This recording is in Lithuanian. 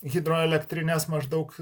hidroelektrines maždaug